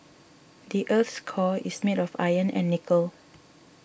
the earth's core is made of iron and nickel